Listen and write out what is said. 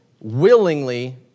willingly